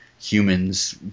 humans